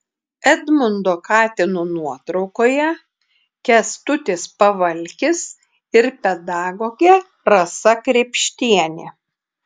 edmundo katino nuotraukoje kęstutis pavalkis ir pedagogė rasa krėpštienė